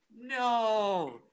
No